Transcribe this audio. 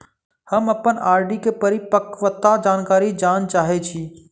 हम अप्पन आर.डी केँ परिपक्वता जानकारी जानऽ चाहै छी